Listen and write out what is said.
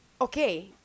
Okay